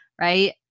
right